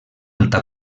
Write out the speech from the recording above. alta